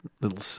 little